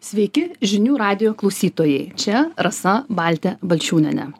sveiki žinių radijo klausytojai čia rasa baltė balčiūnienė